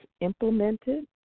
implemented